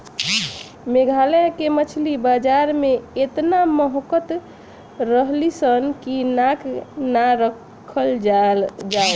मेघालय के मछली बाजार में एतना महकत रलीसन की नाक ना राखल जाओ